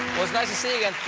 was nice to see you